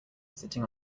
sitting